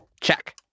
Check